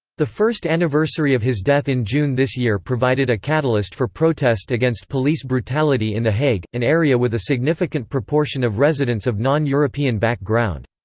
the first anniversary of his death in june this year provided a catalyst for protest against police brutality in the hague, an area with a significant proportion of residents of non-european back-ground.